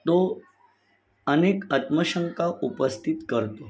तो अनेक आत्मशंका उपस्थित करतो